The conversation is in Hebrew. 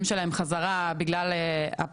הפסילה של רכיב העובד בחוק הפיקדון,